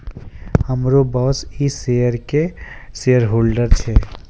हमरो बॉसे इ शेयर के शेयरहोल्डर छै